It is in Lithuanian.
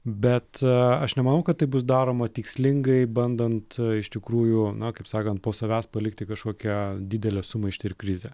bet aš nemanau kad tai bus daroma tikslingai bandant iš tikrųjų na kaip sakant po savęs palikti kažkokią didelę sumaištį ir krizę